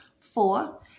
Four